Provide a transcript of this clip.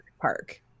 Park